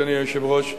אדוני היושב-ראש,